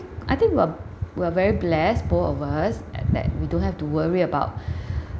I think we're we're very blessed both of us and that we don't have to worry about